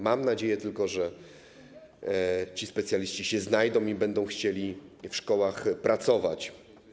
Mam nadzieję tylko, że specjaliści się znajdą i będą chcieli w szkołach pracować.